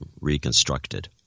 reconstructed